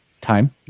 time